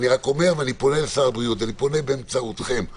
אני פונה באמצעותכם לשר הבריאות.